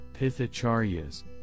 pithacharyas